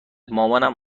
مامانم